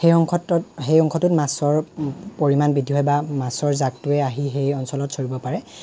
সেই অংশতো সেই অংশটো মাছৰ পৰিমাণ বৃদ্ধি হয় বা মাছৰ জাকটোয়ে আহি সেই অঞ্চলত চৰিব পাৰে